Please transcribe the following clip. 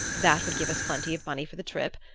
that would give us plenty of money for the trip,